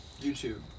YouTube